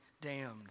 damned